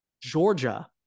Georgia